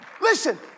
Listen